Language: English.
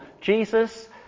Jesus